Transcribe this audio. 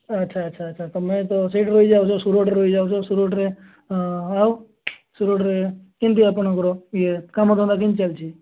ଆଚ୍ଛା ଆଚ୍ଛା ଆଚ୍ଛା ତୁମେ ତ ସେଇଠି ରହି ଯାଉଛ ସୁରଟରେ ରହି ଯାଉଛ ସୁରଟରେ ଆଉ ସୁରଟରେ କେମିତି ଆପଣଙ୍କର ଇଏ କାମ ଧନ୍ଦା କେମିତି ଚାଲିଛି